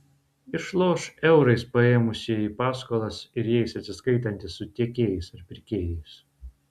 išloš eurais paėmusieji paskolas ir jais atsiskaitantys su tiekėjais ar pirkėjais